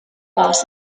los